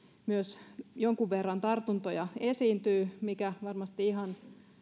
myös jonkun verran tartuntoja esiintyy mikä varmasti oli ihan